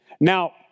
Now